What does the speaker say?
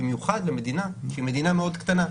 במיוחד במדינה מאוד קטנה.